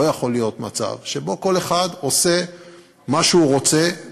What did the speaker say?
לא יכול להיות מצב שבו כל אחד עושה מה שהוא רוצה,